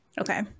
Okay